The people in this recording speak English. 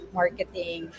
marketing